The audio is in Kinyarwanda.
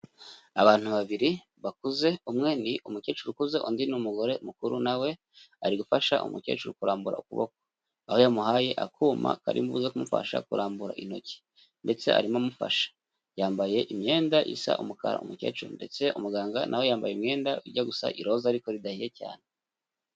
Abantu babiri bakuze, umwe ni umukecuru ukuze undi n'umugore mukuru na we, ari gufasha umukecuru kurambura ukuboko. Aho yamuhaye akuma kari buze kumufasha kurambura intoki. Ndetse arimo amufasha. Yambaye imyenda isa umukara umukecuru ndetse umuganga na we yambaye umwenda ujya gusa iroza ariko ridahiye cyane.